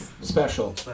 Special